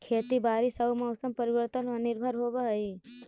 खेती बारिश आऊ मौसम परिवर्तन पर निर्भर होव हई